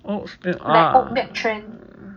like oat's milk trend